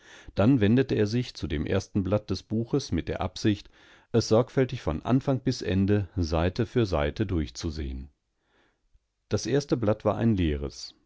dann wendete er sich zu dem ersten blatt des buches mit der absicht essorgfältigvonanfangbisende seitefürseitedurchzusehen das erste blatt war ein leeres